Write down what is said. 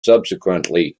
subsequently